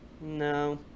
no